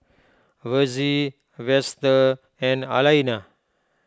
Versie Vester and Alayna